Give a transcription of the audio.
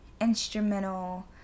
instrumental